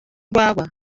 urwagwa